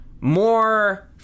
more